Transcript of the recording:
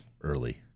early